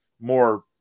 more